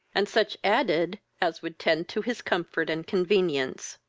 and such added as would tend to his comfort and convevience.